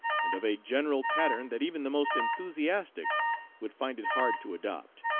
and of a general pattern that even the most enthusiastic would find it hard to adopt.